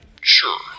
Sure